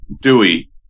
Dewey